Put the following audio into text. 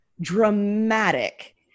dramatic